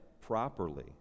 properly